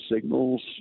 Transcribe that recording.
signals